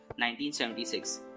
1976